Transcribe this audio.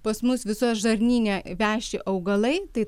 pas mus visoj žarnyne veši augalai tai